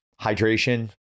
hydration